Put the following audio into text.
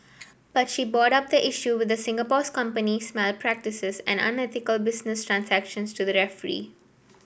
but she brought up the issue with Singapore company's malpractices and unethical business transactions to the referee